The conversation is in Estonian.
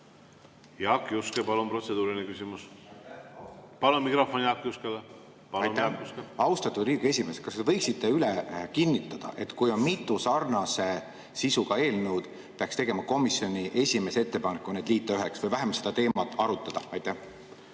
Jaak Juske, palun! Protseduuriline küsimus. Palun mikrofon Jaak Juskele! Aitäh! Austatud Riigikogu esimees, kas te võiksite üle kinnitada, et kui on mitu sarnase sisuga eelnõu, peaks komisjon tegema esimesena ettepaneku need liita üheks või vähemalt seda teemat arutama? Aitäh!